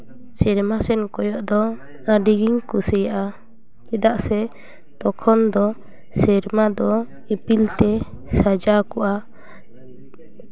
ᱥᱮᱨᱢᱟ ᱥᱮᱱ ᱠᱚᱭᱚᱜ ᱫᱚ ᱟᱹᱰᱤ ᱜᱤᱧ ᱠᱩᱥᱤᱭᱟᱜᱼᱟ ᱪᱮᱫᱟᱜ ᱥᱮ ᱛᱚᱠᱷᱚᱱ ᱫᱚ ᱥᱮᱨᱢᱟ ᱫᱚ ᱤᱯᱤᱞᱛᱮ ᱥᱟᱡᱟᱣ ᱠᱚᱜᱼᱟ